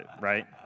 right